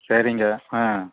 சரிங்க ஆ